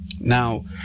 now